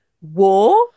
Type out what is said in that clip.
war